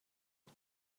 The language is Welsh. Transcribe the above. wyt